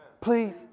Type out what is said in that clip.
Please